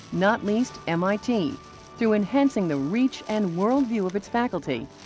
not least mit through enhancing the reach and worldview of its faculty,